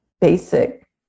basic